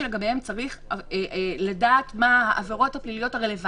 שלגביהן צריך לדעת מה העבירות הפליליות הרלוונטיות.